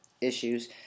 issues